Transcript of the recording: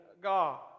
God